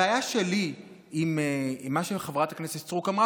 הבעיה שלי עם מה שחברת הכנסת סטרוק אמרה